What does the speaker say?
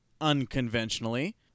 unconventionally